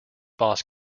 boss